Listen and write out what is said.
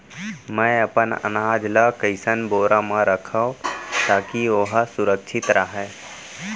मैं अपन अनाज ला कइसन बोरा म रखव ताकी ओहा सुरक्षित राहय?